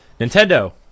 Nintendo